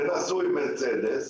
ונסעו עם מרצדס,